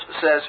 says